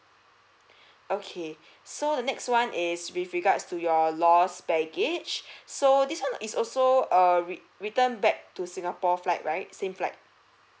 okay so the next one is with regards to your lost baggage so this one is also a re~ return back to singapore flight right same flight